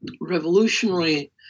revolutionary